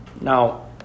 Now